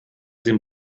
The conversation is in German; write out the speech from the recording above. dem